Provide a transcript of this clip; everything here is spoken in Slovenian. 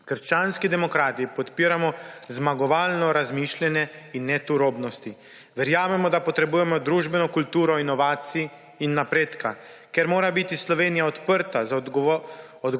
Krščanski demokrati podpiramo zmagovalno razmišljanje in ne turobnosti. Verjamemo, da potrebujemo družbeno kulturo inovacij in napredka. Ker mora biti Slovenija odprta za odgovorne